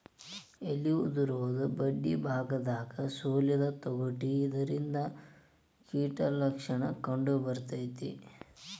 ಎಲಿ ಉದುರುದು ಬಡ್ಡಿಬಾಗದಾಗ ಸುಲಿದ ತೊಗಟಿ ಇದರಿಂದ ಕೇಟ ಲಕ್ಷಣ ಕಂಡಬರ್ತೈತಿ